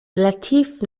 latif